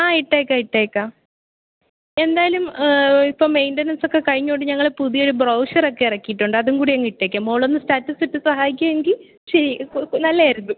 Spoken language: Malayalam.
ആ ഇട്ടേക്കാം ഇട്ടേക്കാം എന്തായാലും ഇപ്പം മെയ്ന്റെനൻസ് ഒക്കെ കഴിഞ്ഞത് കൊണ്ട് ഞങ്ങൾ പുതിയ ഒരു ബ്രൗഷറക്കെ ഇറക്കിയിട്ടുണ്ട് അതും കൂടി അങ്ങ് ഇട്ടേക്കാം മോൾ ഒന്ന് സ്റ്റാറ്റസ് ഇട്ട് സഹായിക്കുമെങ്കിൽ ഇച്ചിരി നല്ലതായിരുന്നു